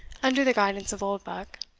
under the guidance of oldbuck,